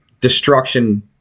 destruction